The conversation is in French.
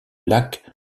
lac